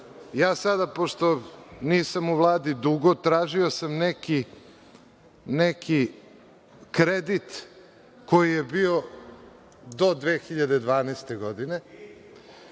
3%, pošto nisam u Vladi dugo, tražio sam neki kredit koji je bio do 2012. godine